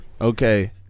Okay